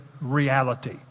reality